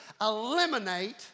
eliminate